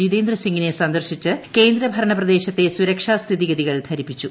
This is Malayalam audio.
ജിതേന്ദ്ര സിംഗിനെ സന്ദർശിച്ച് കേന്ദ്ര ഭരണ പ്രദേശത്തെ സുരക്ഷാ സ്ഥിതിഗതികൾ ധരിപ്പിച്ചു